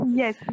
yes